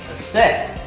sip.